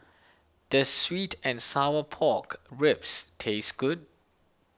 does Sweet and Sour Pork Ribs taste good